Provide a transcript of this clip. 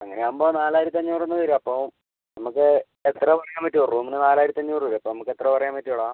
അങ്ങനെയാകുമ്പോൾ നാലായിരത്തി അഞ്ഞൂറ് തന്നെ വരും അപ്പോൾ നമുക്ക് എത്ര പറയാൻ പറ്റുമോ റൂമിന് നാലായിരത്തി അഞ്ഞൂറ് വരും അപ്പം നമുക്ക് എത്ര പറയാൻ പറ്റുമെടാ